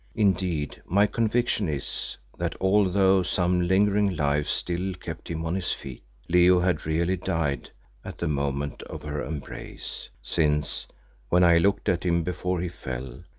indeed my conviction is that although some lingering life still kept him on his feet, leo had really died at the moment of her embrace, since when i looked at him before he fell,